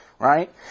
right